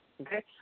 Okay